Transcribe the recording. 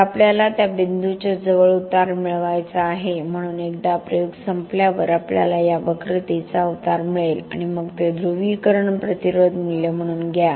तर आपल्याला त्या बिंदूच्या जवळ उतार मिळवायचा आहे म्हणून एकदा प्रयोग संपल्यावर आपल्याला या वक्रतेचा उतार मिळेल आणि मग ते ध्रुवीकरण प्रतिरोध मूल्य म्हणून घ्या